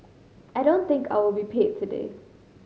I don't think I will be paid today